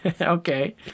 Okay